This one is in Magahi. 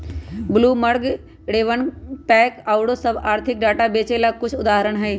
ब्लूमबर्ग, रवेनपैक आउरो सभ आर्थिक डाटा बेचे बला के कुछ उदाहरण हइ